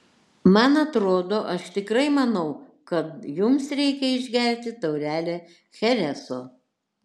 man atrodo aš tikrai manau kad jums reikia išgerti taurelę chereso